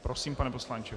Prosím, pane poslanče.